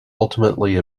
ultimately